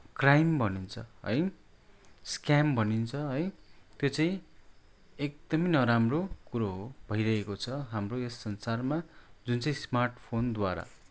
crime भनिन्छ है scam भनिन्छ है त्यो चाहिँ एकदमै नराम्रो कुरो हो भइरहेको छ हाम्रो यो संसारमा जुन चाहिँ स्मार्टफोनद्वारा